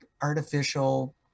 artificial